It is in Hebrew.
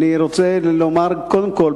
קודם כול,